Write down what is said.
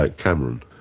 like cameron.